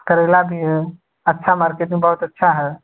करेला भी है अच्छा मार्केट में बहुत अच्छा है